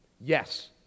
Yes